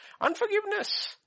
Unforgiveness